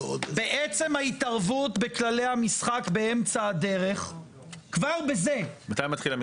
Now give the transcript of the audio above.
בעצם ההתערבות בכללי המשחק באמצע הדרך כבר בזה --- מתי מתחיל המשחק?